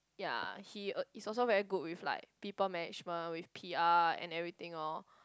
ya he's also very good with like people management with P_R and everything lor